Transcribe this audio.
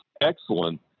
excellent